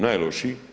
Najlošiji.